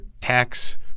tax